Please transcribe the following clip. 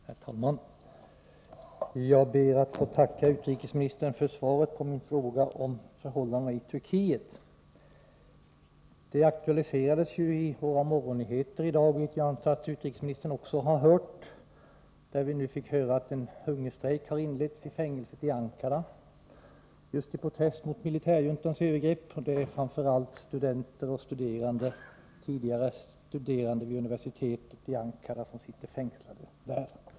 Herr talman! Jag ber att få tacka utrikesministern för svaret på min fråga om förhållandena i Turkiet. Frågan aktualiserades i morgonnyheterna i dag, som jag antar att utrikesministern också har hört. Vi fick höra att en hungerstrejk har inletts i fängelset i Ankara just i protest mot militärjuntans övergrepp. Det är framför allt studenter och tidigare studerande vid universitetet i Ankara som sitter fängslade där.